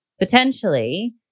potentially